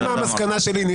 המסקנה היא שעם